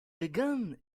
begun